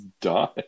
died